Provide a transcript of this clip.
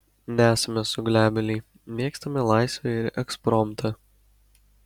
nesame suglebėliai mėgstame laisvę ir ekspromtą